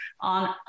on